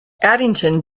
addington